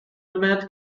demand